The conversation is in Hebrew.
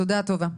תודה טובה.